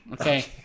Okay